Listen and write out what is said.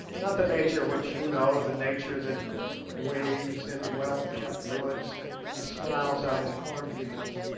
not the nature which you know, the nature that waves in well-kept woods and smiles out in corn-fields,